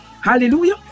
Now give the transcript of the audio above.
hallelujah